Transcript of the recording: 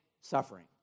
suffering